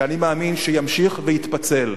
שאני מאמין שימשיך ויתפצל.